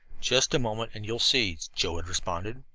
just a moment and you will see, joe had responded.